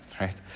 right